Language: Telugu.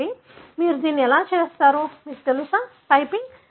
కాబట్టి మీరు దీన్ని ఎలా చేస్తారు మీకు తెలుసా టైపింగ్